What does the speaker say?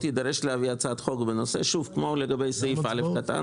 יידרש להביא הצעת חוק בנושא כמו לגבי סעיף (א) קטן,